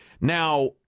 Now